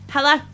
Hello